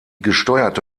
gesteuerte